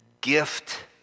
gift